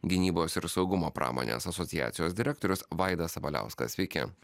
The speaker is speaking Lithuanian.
gynybos ir saugumo pramonės asociacijos direktorius vaidas sabaliauskas sveiki